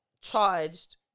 charged